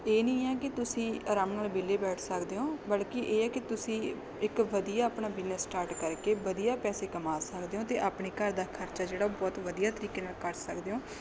ਇਹ ਨਹੀਂ ਹੈ ਕਿ ਤੁਸੀਂ ਆਰਾਮ ਨਾਲ ਵਿਹਲੇ ਬੈਠ ਸਕਦੇ ਹੋ ਬਲਕਿ ਇਹ ਹੈ ਕਿ ਤੁਸੀਂ ਇੱਕ ਵਧੀਆ ਆਪਣਾ ਬਿਜਨਸ ਸਟਾਰਟ ਕਰਕੇ ਵਧੀਆ ਪੈਸੇ ਕਮਾ ਸਕਦੇ ਹੋ ਅਤੇ ਆਪਣੇ ਘਰ ਦਾ ਖਰਚਾ ਜਿਹੜਾ ਉਹ ਬਹੁਤ ਵਧੀਆ ਤਰੀਕੇ ਨਾਲ ਕਰ ਸਕਦੇ ਹੋ